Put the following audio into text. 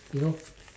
you know